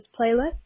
playlist